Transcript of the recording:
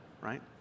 right